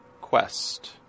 quest